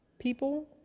People